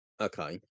Okay